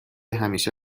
همیشه